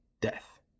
death